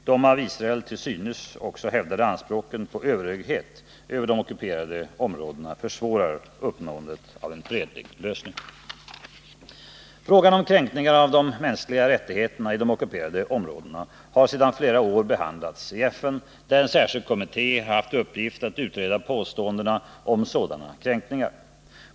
De av Israel till synes också hävdade anspråken på överhöghet över de ockuperade områdena försvårar uppnåendet av en fredlig lösning. Frågan om kränkningar av de mänskliga rättigheterna i de ockuperade områdena har sedan flera år behandlats i FN, där en särskild kommitté har haft till uppgift att utreda påståendena om sådana kränkningar.